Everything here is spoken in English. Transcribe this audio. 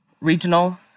regional